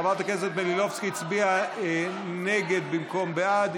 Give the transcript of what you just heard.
חברת הכנסת מלינובסקי הצביעה נגד במקום בעד,